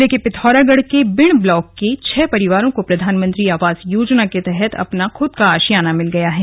जिले के पिथौरागढ़ के बिण ब्लॉक के छह परिवारों को प्रधानमंत्री आवास योजना के तहत अपना खुद का आशियाना मिल गया है